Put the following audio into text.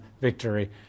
victory